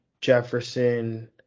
Jefferson